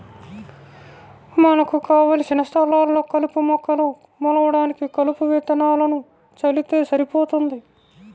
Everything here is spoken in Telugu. మనకు కావలసిన స్థలాల్లో కలుపు మొక్కలు మొలవడానికి కలుపు విత్తనాలను చల్లితే సరిపోతుంది